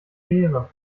ehre